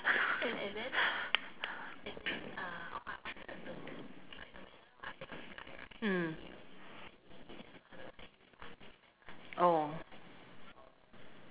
mm oh